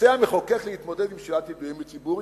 רוצה המחוקק להתמודד עם שאלת ידועים בציבור,